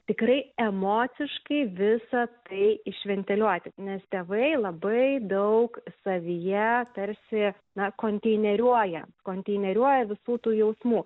tikrai emociškai visa tai išventeliuoti nes tėvai labai daug savyje tarsi na konteineriuoja konteineriuoja visų tų jausmų